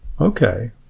okay